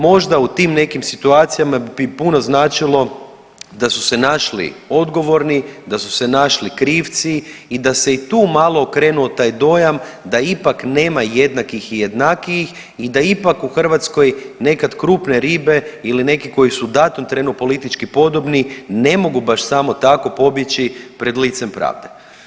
Možda u tim nekim situacijama bi puno značilo da su se našli odgovorni, da su se našli krivci i da se i tu malo okrenuo taj dojam da ipak nema jednakih i jednakijih i da ipak u Hrvatskoj nekad krupne ribe ili neki koji su u datom trenu politički podobni ne mogu baš samo tako pobjeći pred licem pravde.